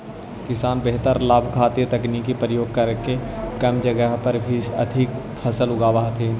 किसान बेहतर लाभ खातीर तकनीक के प्रयोग करके कम जगह में भी अधिक फसल उगाब हथिन